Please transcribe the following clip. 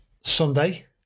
Sunday